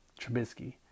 Trubisky